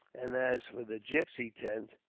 and as for the gipsy tent,